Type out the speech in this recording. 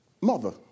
mother